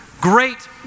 great